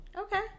Okay